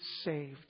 saved